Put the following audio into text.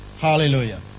Hallelujah